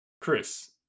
Chris